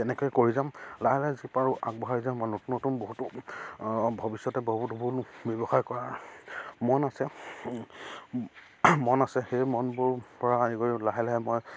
তেনেকৈ কৰি যাম লাহে লাহে যি পাৰোঁ আগবঢ়াই যাম মই নতুন নতুন বহুতো ভৱিষ্যতে বহুতো ব্যৱসায় কৰাৰ মন আছে মন আছে সেই মনবোৰৰ পৰা আনি কৰি লাহে লাহে মই